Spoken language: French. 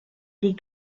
des